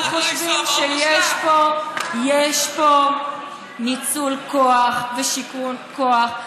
למה, מישהו אמר לך לא לנסוע באוטו שלך?